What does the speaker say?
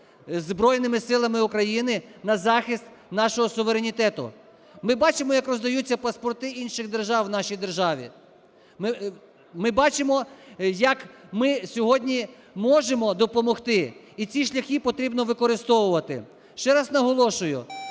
Збройними Силами України на захист нашого суверенітету. Ми бачимо, як роздаються паспорти інших держав в нашій державі. Ми бачимо, як ми сьогодні можемо допомогти. І ці шляхи потрібно використовувати. Ще раз наголошую,